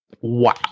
Wow